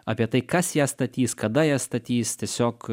apie tai kas ją statys kada ją statys tiesiog